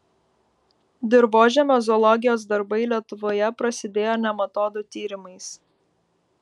dirvožemio zoologijos darbai lietuvoje prasidėjo nematodų tyrimais